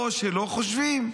או שלא חושבים.